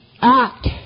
act